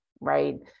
right